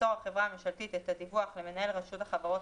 תמסור החברה הממשלתית את הדיווח למנהל רשות החברות